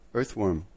Earthworm